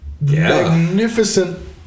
magnificent